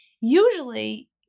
usually